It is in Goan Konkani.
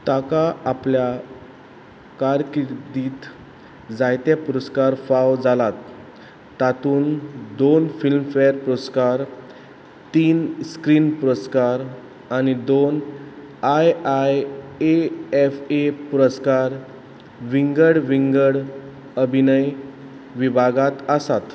ताका आपल्या कारकिर्दींत जायते पुरस्कार फावो जाल्यात तातूंत दोन फिल्मफॅर पुरस्कार तीन स्क्रीन पुरस्कार आनी दोन आय आय एफ ए पुरस्कार विंगड विंगड अभिनय विभागांत आसात